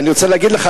אני רוצה להגיד לך,